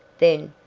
then,